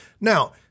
Now